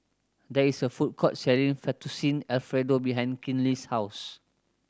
there is a food court selling Fettuccine Alfredo behind Kinley's house